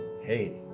hey